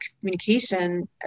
communication